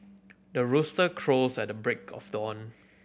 the rooster crows at the break of dawn